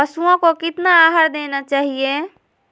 पशुओं को कितना आहार देना चाहि?